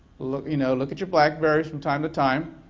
look you know look at your blackberry from time to time